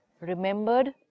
remembered